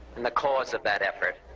in the cause of that effort.